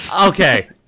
Okay